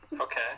Okay